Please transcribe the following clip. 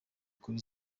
kuri